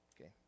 Okay